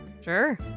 Sure